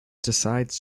decides